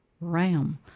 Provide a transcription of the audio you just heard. Ram